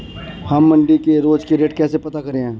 हम मंडी के रोज के रेट कैसे पता करें?